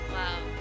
love